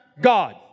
God